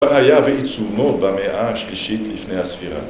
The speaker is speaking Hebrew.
כבר היה בעיצומו במאה השלישית לפני הספירת.